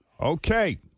Okay